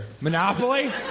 Monopoly